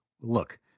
Look